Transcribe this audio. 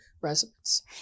residents